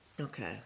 okay